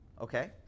Okay